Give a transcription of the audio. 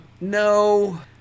No